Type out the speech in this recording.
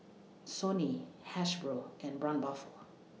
Sony Hasbro and Braun Buffel